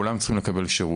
כולם צריכים לקבל שירות.